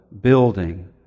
building